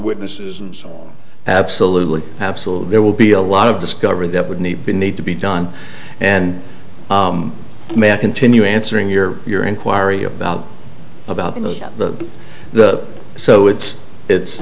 witnesses and so absolutely absolutely there will be a lot of discovery that would need been need to be done and may i continue answering your your inquiry about about the the so it's it's